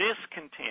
discontent